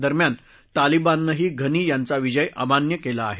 दरम्यान तालिबाननंही घनी यांचा विजय अमान्य केला आहे